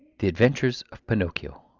the adventures of pinocchio,